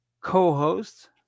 co-host